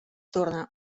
torna